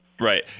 Right